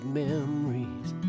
memories